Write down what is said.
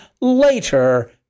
later